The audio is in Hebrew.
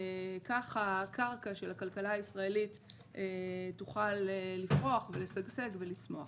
כך הקרקע של הכלכלה הישראלית תוכל לפרוח ולשגשג ולצמוח.